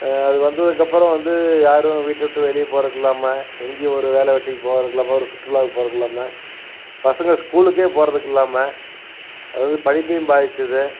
அது வந்ததுக்கப்புறம் வந்து யாரும் வீட்டை விட்டு வெளியே போகிறதுக்கில்லாம எங்கேயும் ஒரு வேலை வெட்டிக்கு போகிறதுக்கில்லாம ஒரு சுற்றுலாவுக்கு போகிறதுக்கில்லாம பசங்கள் ஸ்கூலுக்கே போகிறதுக்கில்லாம அது வந்து படிப்பையும் பாதித்தது